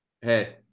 Hey